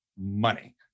money